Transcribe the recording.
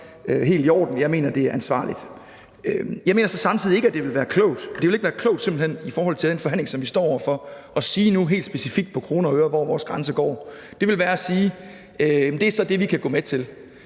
helt i orden. Jeg mener, det er ansvarligt. Jeg mener så samtidig, at det simpelt hen ikke ville være klogt – i forhold til den forhandling, som vi står over for – at sige nu helt specifikt på kroner og øre, hvor vores grænse går. Det ville være at sige: Det er så det, vi kan gå med til.